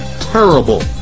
terrible